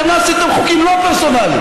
אתם לא עשיתם חוקים לא פרסונליים.